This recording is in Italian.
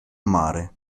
mare